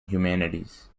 humanities